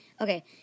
Okay